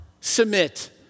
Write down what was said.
submit